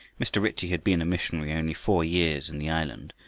mr. ritchie had been a missionary only four years in the island,